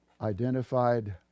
identified